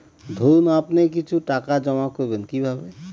ধরুন আপনি কিছু টাকা জমা করবেন কিভাবে?